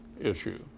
issue